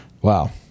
Wow